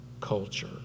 culture